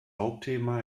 hauptthema